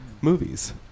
movies